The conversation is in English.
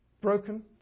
broken